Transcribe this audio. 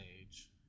age